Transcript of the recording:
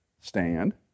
stand